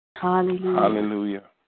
Hallelujah